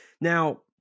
Now